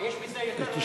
מה, יש בזה יותר, ?